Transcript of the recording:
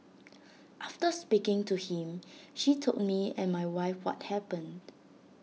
after speaking to him she told me and my wife what happened